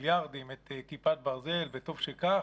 מיליארדים, את כיפת ברזל, וטוב שכך,